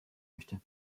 möchte